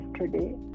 yesterday